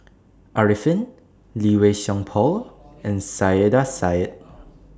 Arifin Lee Wei Song Paul and Saiedah Said